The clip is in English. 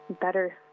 better